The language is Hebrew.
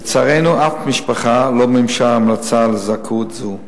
לצערנו, אף משפחה לא מימשה המלצה על זכאות זו.